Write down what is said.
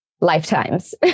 lifetimes